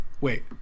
wait